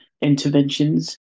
interventions